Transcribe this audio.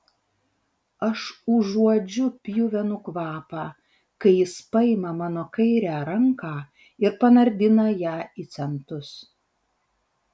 aš užuodžiu pjuvenų kvapą kai jis paima mano kairę ranką ir panardina ją į centus